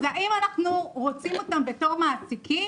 אז האם אנחנו רוצים אותם בתור מעסיקים?